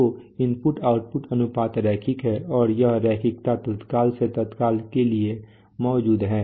तो input output अनुपात रैखिक है और यह रैखिकता तत्काल से तत्काल के लिए मौजूद है